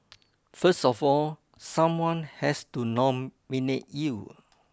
first of all someone has to nominate you